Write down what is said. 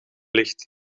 ligt